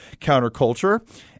Counterculture